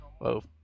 Whoa